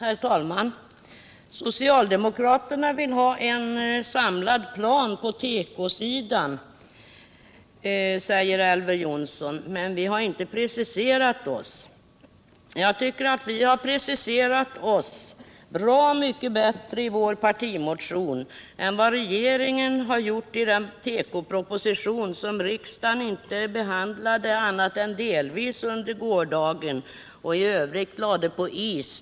Nr 50 Herr talman! Socialdemokraterna vill ha en samlad plan på tekosidan, konstaterar Elver Jonsson. Men han säger samtidigt att vi inte har preciserat oss på den punkten. Jag tycker att vi har preciserat oss i vår partimotion bra mycket bättre än vad regeringen gjort i sin tekopro = Sysselsättningsbiposition. Den propositionen behandlades inte annat än delvis under går — drag till tekoindudagen, och i övrigt lades den på is.